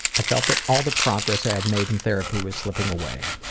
i felt that all the progress i had made in therapy was slipping away.